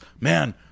man